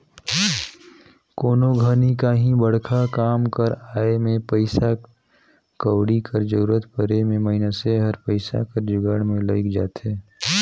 कोनो घनी काहीं बड़खा काम कर आए में पइसा कउड़ी कर जरूरत परे में मइनसे हर पइसा कर जुगाड़ में लइग जाथे